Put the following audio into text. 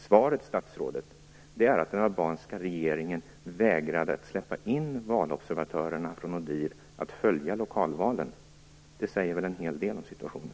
Svaret, statsrådet, är att den albanska regeringen vägrade att släppa in valobservatörerna från ODIHR för att följa lokalvalen. Det säger väl en hel del om situationen.